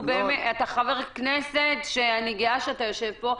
אתה חבר כנסת שאני גאה שאתה יושב פה,